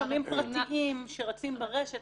מאחר שיש מרשמים פרטיים שרצים ברשת,